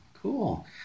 Cool